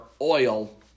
oil